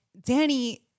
Danny